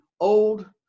old